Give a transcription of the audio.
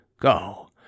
Go